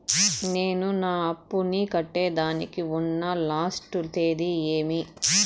నేను నా అప్పుని కట్టేదానికి ఉన్న లాస్ట్ తేది ఏమి?